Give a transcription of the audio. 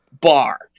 bar